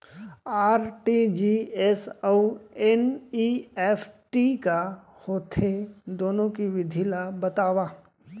RTGS अऊ NEFT का होथे, दुनो के विधि ला बतावव